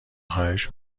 خواهش